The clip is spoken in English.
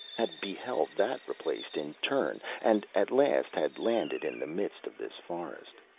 had beheld that replaced in turn, and at last had landed in the midst of this forest.